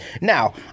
Now